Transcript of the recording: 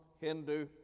Hindu